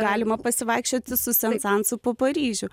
galima pasivaikščioti su sensansu po paryžių